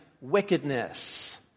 wickedness